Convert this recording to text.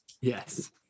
Yes